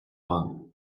rome